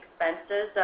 expenses